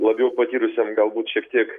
labiau patyrusiams galbūt šiek tiek